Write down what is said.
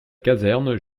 caserne